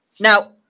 Now